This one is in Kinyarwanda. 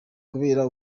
kubera